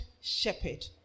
shepherd